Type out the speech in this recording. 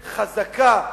חזקה,